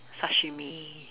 sashimi